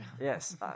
Yes